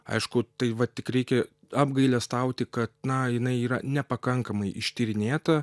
aišku tai va tik reikia apgailestauti kad na jinai yra nepakankamai ištyrinėta